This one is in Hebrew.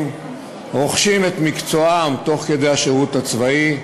רוכשים את מקצועם תוך כדי השירות הצבאי,